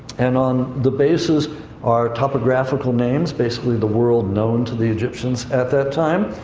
and on the bases are topographical names, basically, the world known to the egyptians at that time.